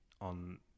on